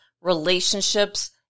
relationships